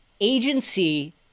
agency